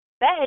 bed